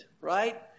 right